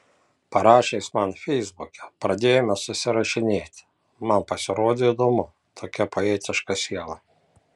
parašė jis man feisbuke pradėjome susirašinėti man pasirodė įdomu tokia poetiška siela